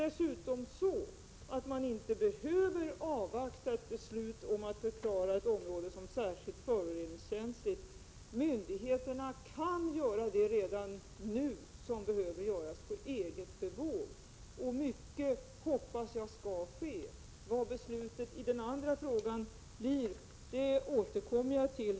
Dessutom är det så, att man inte behöver avvakta ett beslut om att ett område skall förklaras som särskilt föroreningskänsligt. Myndigheterna kan redan nu på eget bevåg göra det som behöver göras, och mycket hoppas jag skall ske. Vad beslutet i den andra frågan blir skall jag återkomma till.